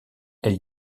elle